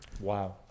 Wow